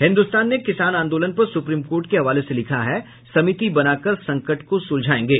हिन्दुस्तान ने किसान आंदोलन पर सुप्रीम कोर्ट के हवाले से लिखा है समिति बनाकर कर संकट को सुलझायेंगे